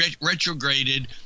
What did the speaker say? retrograded